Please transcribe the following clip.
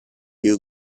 you